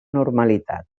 normalitat